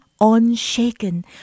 unshaken